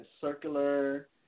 circular